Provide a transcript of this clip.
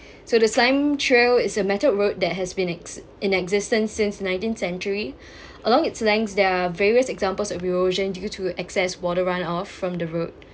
so the sime trail is a method that has been in~ existence since nineteenth century along it's length there are various examples of erosion due to excess water run off from the road